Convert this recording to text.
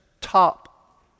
top